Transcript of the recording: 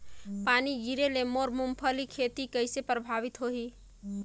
पानी गिरे ले मोर मुंगफली खेती कइसे प्रभावित होही?